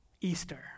Easter